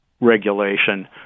regulation